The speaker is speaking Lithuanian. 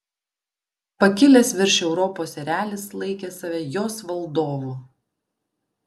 pakilęs virš europos erelis laikė save jos valdovu